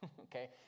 okay